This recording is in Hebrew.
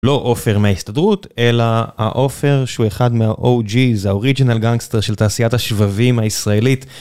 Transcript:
לא עופר מההסתדרות, אלא העופר שהוא אחד מה-OG, זה ה-Original Gangster של תעשיית השבבים הישראלית.